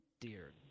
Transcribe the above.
dear